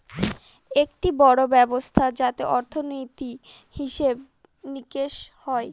একটি বড়ো ব্যবস্থা যাতে অর্থনীতি, হিসেব নিকেশ হয়